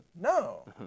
No